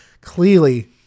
clearly